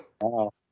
Wow